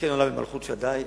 לתקן עולם במלכות שדי,